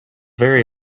very